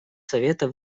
совета